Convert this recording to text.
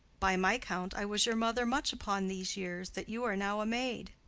by my count, i was your mother much upon these years that you are now a maid.